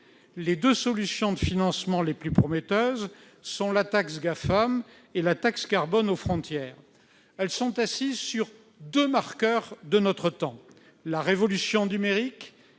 Les deux solutions de financement les plus prometteuses sont la taxe Gafam et la taxe carbone aux frontières. Elles sont assises sur deux marqueurs de notre temps : la révolution numérique